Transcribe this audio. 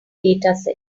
dataset